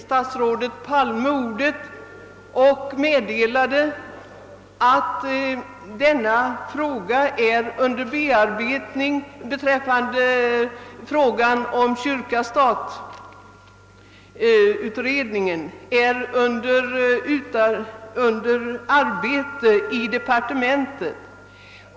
Statsrådet Palme begärde ordet och meddelade, att förberedelsen för en kyrka—stat-utredning är under arbete i departementet.